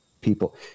people